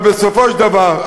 אבל בסופו של דבר,